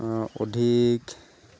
অধিক